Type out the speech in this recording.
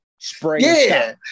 Spray